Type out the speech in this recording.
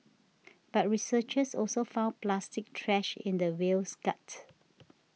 but researchers also found plastic trash in the whale's gut